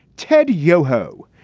ted yoho,